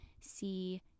see